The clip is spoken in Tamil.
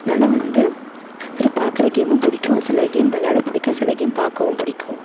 அதனால் வந்து இதுமாதிரி பார்க்குற கேம்மு பிடிக்கும் சில கேம் விளாட பிடிக்கும் சில கேம் பார்க்கவும் பிடிக்கும்